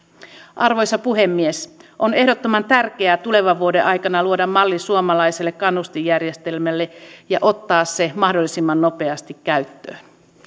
arvoisa puhemies on ehdottoman tärkeää tulevan vuoden aikana luoda malli suomalaiselle kannustinjärjestelmälle ja ottaa se mahdollisimman nopeasti käyttöön